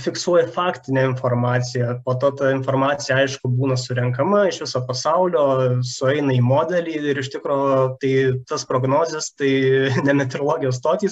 fiksuoja ir faktinę informaciją po to ta informacija aišku būna surenkama iš viso pasaulio sueina į modelį iš tikro tai tas prognozes tai ne meteorologijos stotys